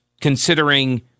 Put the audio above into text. considering